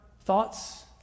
thoughts